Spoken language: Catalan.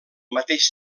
mateix